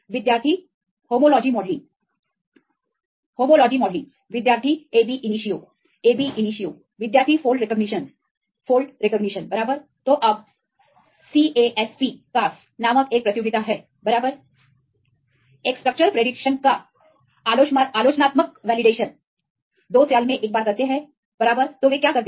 विद्यार्थी homology modelling Homology modellingहोमोलॉजी modelling विद्यार्थी ab initio Ab initioab initio विद्यार्थी फोल्ड रिकॉग्निशन rightऔरफोल्ड रिकॉग्निशन बराबर तो अब CASP नामक एक प्रतियोगिता है बराबर एक स्ट्रक्चर की भविष्यवाणी का आलोचनात्मक मूल्यांकन वे 2 साल में एक बार करते हैं बराबर तो वे क्या करते हैं